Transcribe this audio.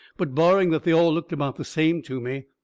but barring that they all looked about the same to me.